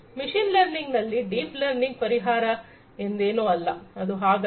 machine learning ನಲ್ಲಿ deep learning ಪರಿಹಾರ ಎಂದೇನೂ ಅಲ್ಲ ಅದು ಹಾಗಲ್ಲ